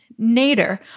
Nader